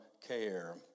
care